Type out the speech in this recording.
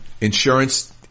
insurance